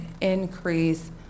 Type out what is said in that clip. increase